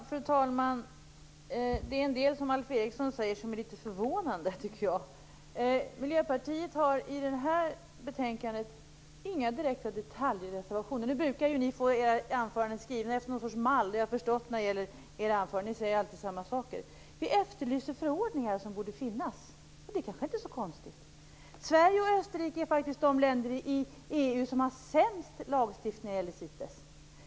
Fru talman! En del av det Alf Eriksson säger är litet förvånande, tycker jag. Miljöpartiet har i det här betänkandet inga direkta detaljreservationer. Nu brukar ju ni få era anföranden skrivna efter något slags mall. Det har jag förstått från era anföranden. Ni säger alltid samma saker. Vi efterlyser förordningar som borde finnas. Det kanske inte är så konstigt. Sverige och Österrike är faktiskt de länder i EU som har sämst lagstiftning när det gäller CITES.